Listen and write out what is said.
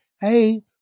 Hey